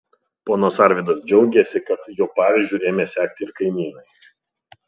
ponas arvydas džiaugėsi kad jo pavyzdžiu ėmė sekti ir kaimynai